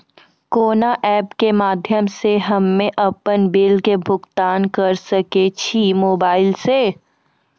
कोना ऐप्स के माध्यम से हम्मे अपन बिल के भुगतान करऽ सके छी मोबाइल से?